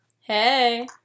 Hey